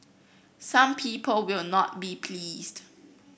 some people will not be pleased